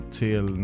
till